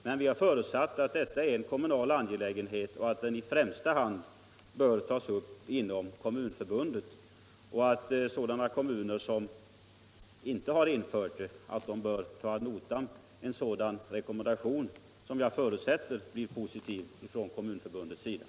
Men vi har förutsatt att en kommunal angelägenhet som denna i första hand bör behandlas inom Kommunförbundet och att sådana kommuner som inte har infört avgiftsbefrielse bör ta ad notam en eventuell rekommendation från Kommunförbundets sida som jag förutsätter blir positiv.